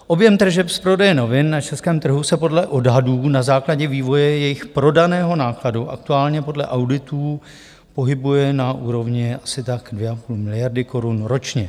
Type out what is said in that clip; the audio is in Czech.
Objem tržeb z prodeje novin na českém trhu se podle odhadů na základě vývoje jejich prodaného nákladu aktuálně podle auditů pohybuje na úrovni asi tak 2,5 miliardy korun ročně.